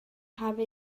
habe